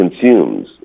consumes